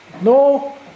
no